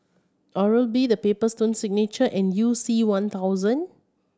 Oral B The Paper Stone Signature and You C One thousand